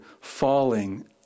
falling